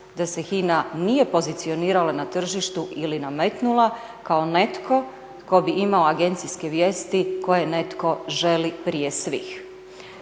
da se HINA nije pozicionirala na tržištu ili nametnula kao netko tko bi imao agencijske vijesti koje netko želi prije svih.